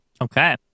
Okay